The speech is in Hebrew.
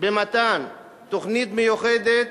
על מתן תוכנית מיוחדת,